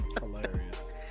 Hilarious